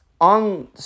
on